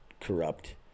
corrupt